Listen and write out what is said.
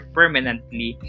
permanently